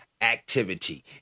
activity